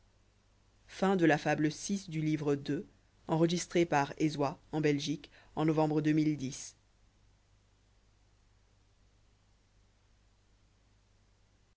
la fable de